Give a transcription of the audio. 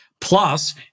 plus